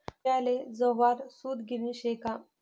धुयाले जवाहर सूतगिरणी शे का